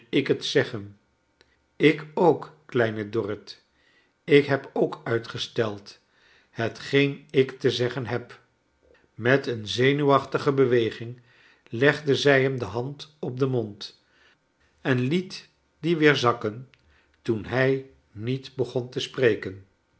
ik het zeggen ik ook kleine dorrit ik heb ook uitgestcld hetgeen ik te zeggen heb met een zenuwachtige beweging legde zij hern de hand op den mond en liet die weer zakken toen hij niet begon te spreken